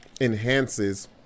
enhances